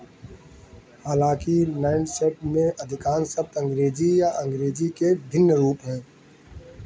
हालांकि nine set में अधिकांश शब्द अंग्रेजी या अंग्रेज़ी के भिन्न रूप हैं